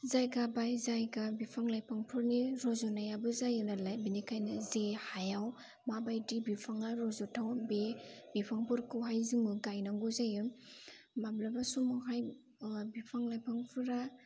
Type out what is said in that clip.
जायगा बाय जायगा बिफां लाइफांफोरनि रज'नायाबो जायो नालाय बेनिखायनो जे हायाव माबायदि बिफाङा रज'थाव बे बिफांफोरखौहाय जोङो गायनांगौ जायो माब्लाबा समावहाय बिफां लाइफांफोरा